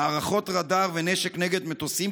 מערכות רדאר ונשק נגד מטוסים,